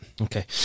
Okay